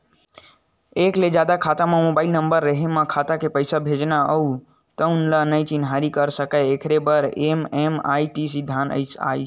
एक ले जादा खाता म एके मोबाइल नंबर रेहे ले खाता म पइसा भेजना हे तउन ल नइ चिन्हारी कर सकय एखरे बर एम.एम.आई.डी सिद्धांत आइस